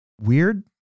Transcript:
weird